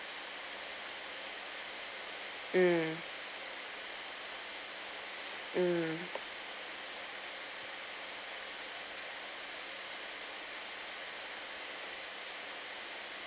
mm mm